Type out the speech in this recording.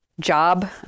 job